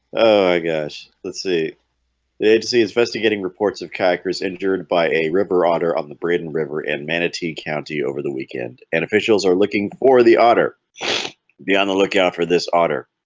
gosh let's see they hate to see investigating reports of kayakers injured by a river otter on the braden river in manatee county over the weekend and officials are looking for the otter be on the lookout for this otter